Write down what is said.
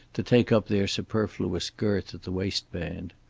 to take up their superfluous girth at the waistband.